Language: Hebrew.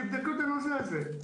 תבדקו את הנושא הזה.